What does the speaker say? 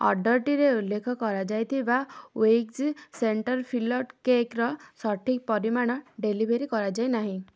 ଅର୍ଡ଼ର୍ଟିରେ ଉଲ୍ଲେଖ କରାଯାଇଥିବା ୱିକ୍ଜି ସେଣ୍ଟର୍ ଫିଲ୍ଡ୍ କେକ୍ର ସଠିକ୍ ପରିମାଣ ଡେଲିଭେରି କରାଯାଇ ନାହିଁ